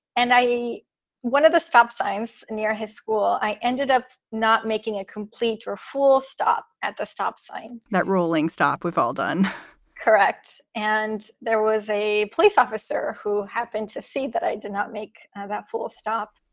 and i see one of the stop signs near his school. i ended up not making a complete or full stop at the stop sign that ruling stop. we've all done correct. and there was a police officer who happened to see that. i did not make that full stop.